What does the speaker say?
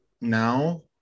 now